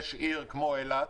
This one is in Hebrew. יש עיר כמו אילת,